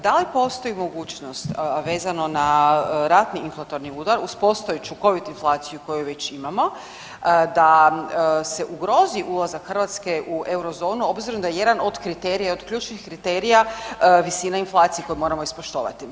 Da li postoji mogućnost vezano na ratni inflatorni udar uz postojeću Covid inflaciju koju već imamo da se ugrozi ulazak Hrvatske u Eurozonu obzirom da je jedan od kriterija, od ključnih kriterija visina inflacije koju moramo ispoštovati?